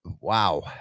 wow